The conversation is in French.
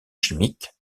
chimique